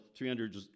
300